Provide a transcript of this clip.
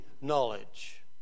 knowledge